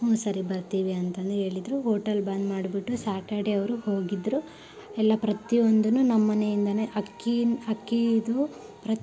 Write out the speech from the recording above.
ಹ್ಞೂ ಸರಿ ಬರ್ತೀವಿ ಅಂತಂದು ಹೇಳಿದ್ರು ಹೋಟಲ್ ಬಂದು ಮಾಡಿಬಿಟ್ಟು ಸ್ಯಾಟರ್ಡೇ ಅವರು ಹೋಗಿದ್ರು ಎಲ್ಲ ಪ್ರತಿಯೊಂದೂ ನಮ್ಮ ಮನೆಯಿಂದಲೇ ಅಕ್ಕೀನ ಅಕ್ಕೀದು ಪ್ರತಿ